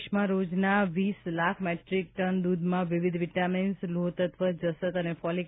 દેશમાં રોજના વીસ લાખ મેટ્રીક ટન દૂધમાં વિવિધ વિટામીન્સ લોહતત્વ જસત અને ફોલિક